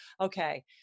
okay